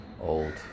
old